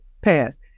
passed